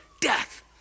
Death